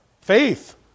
Faith